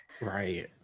Right